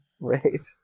Right